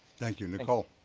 thank you. nicole.